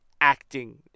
acting